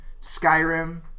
Skyrim